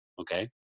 okay